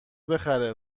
بخره